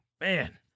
man